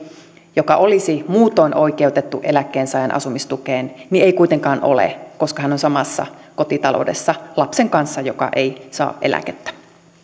joka olisi muutoin oikeutettu eläkkeensaajan asumistukeen ei kuitenkaan ole koska hän on samassa kotitaloudessa lapsen kanssa joka ei saa eläkettä